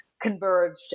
converged